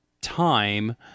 time